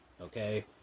okay